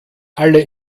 alle